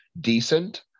decent